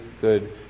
good